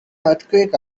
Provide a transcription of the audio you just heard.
earthquake